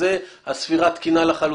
הספירה תקינה לחלוטין?